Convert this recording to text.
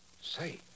Say